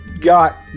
got